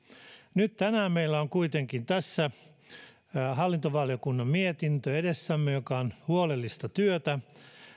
nyt tänään meillä on kuitenkin tässä edessämme hallintovaliokunnan mietintö joka on huolellista työtä